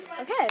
Okay